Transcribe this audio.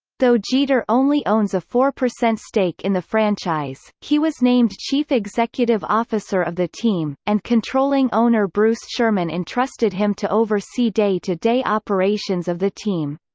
though jeter only owns a four percent stake in the franchise, he was named chief executive officer of the team, and controlling owner bruce sherman entrusted him to oversee day-to-day operations of the team.